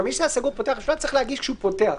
מי שהיה סגור ועכשיו פותח, צריך להגיש כשהוא פותח.